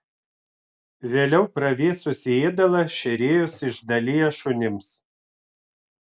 vėliau pravėsusį ėdalą šėrėjos išdalija šunims